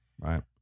Right